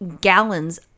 gallons